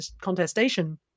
contestation